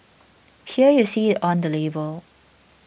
here you see it on the label